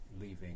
leaving